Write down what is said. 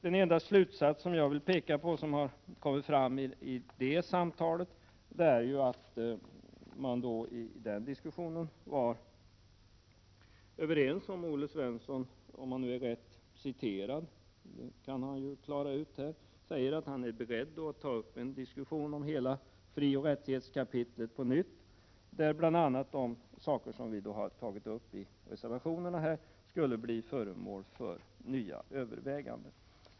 Den enda slutsats jag vill peka på i det nämnda samtalet är att man var överens med Olle Svensson när han — om han är rätt citerad, och det kan han ge klarhet i här — sade att han är beredd att på nytt ta upp en diskussion om hela frioch rättighetskapitlet. Då skulle bl.a. de saker som vi har fört fram i reservationerna bli föremål för nya överväganden.